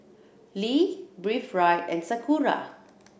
Lee Breathe Right and Sakura